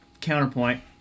Counterpoint